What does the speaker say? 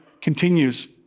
continues